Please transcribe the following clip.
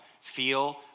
feel